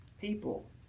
people